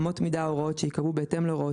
אמות מידה או הוראות שייקבעו בהתאם להוראות